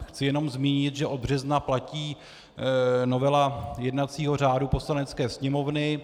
Chci jen zmínit, že od března platí novela jednacího řádu Poslanecké sněmovny.